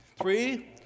three